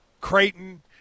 Creighton